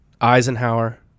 Eisenhower